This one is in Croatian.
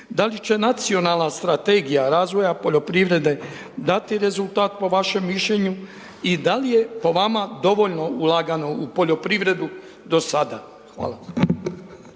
Da li će nacionalna strategija razvoja poljoprivrede dati rezultat po vašem mišljenju? I da li je po vama dovoljno ulagano u poljoprivredu do sada? Hvala.